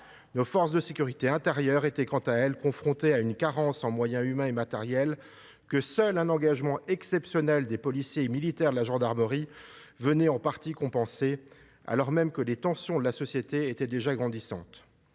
Nos forces de sécurités intérieures, quant à elles, ont été confrontées à une carence en moyens humains et matériels, que seul un engagement exceptionnel des policiers et des militaires de la gendarmerie est venu en partie compenser, alors même que les tensions au sein de la société étaient déjà grandissantes.